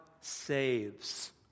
saves